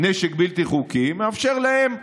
נשק בלתי חוקי, זה מאפשר להם מסלול,